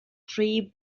tree